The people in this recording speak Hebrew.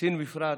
מסין בפרט,